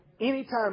Anytime